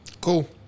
Cool